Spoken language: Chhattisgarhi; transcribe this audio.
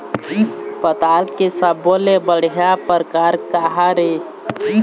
पताल के सब्बो ले बढ़िया परकार काहर ए?